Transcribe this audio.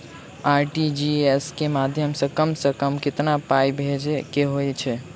RTGS केँ माध्यम सँ कम सऽ कम केतना पाय भेजे केँ होइ हय?